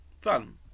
fun